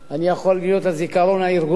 אני יכול להיות הזיכרון הארגוני.